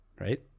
right